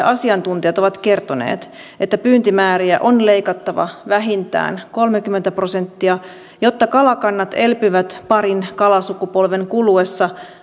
asiantuntijat ovat kertoneet että pyyntimääriä on leikattava vähintään kolmekymmentä prosenttia jotta kalakannat elpyvät parin kalasukupolven kuluessa